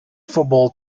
football